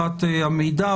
אבטחת המידע.